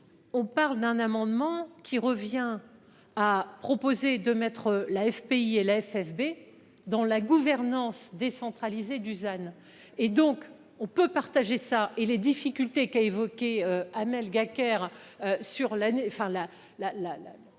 On parle d'un amendement qui revient à proposer de mettre l'FPI et le FSB dans la gouvernance décentralisée Dusan et donc on peut partager ça et les difficultés qu'a évoqué Amel Gacquerre.